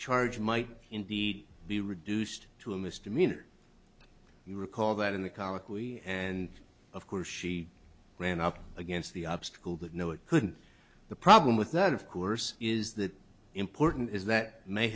charge might indeed be reduced to a misdemeanor you recall that in the comic we and of course she ran up against the obstacle that no it couldn't the problem with that of course is that important is that may